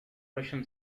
russian